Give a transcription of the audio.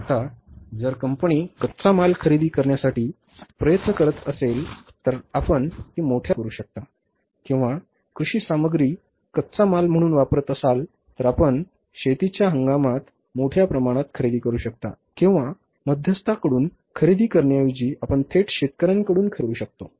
आता जर कंपनी कच्चा माल खरेदी करण्यासाठी प्रयत्न करत असेल तर आपण ती मोठ्या प्रमाणात खरेदी करू शकता किंवा कृषी सामग्री कच्चा माल म्हणून वापरत असाल तर आपण शेतीच्या हंगामात मोठ्या प्रमाणात खरेदी करू शकता किंवा मध्यस्थ कडून खरेदी करण्याऐवजी आपण थेट शेतकऱ्यांकडून खरेदी करू शकतो